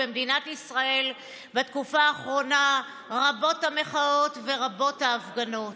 במדינת ישראל בתקופה האחרונה רבות המחאות ורבות ההפגנות.